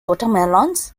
watermelons